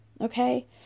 Okay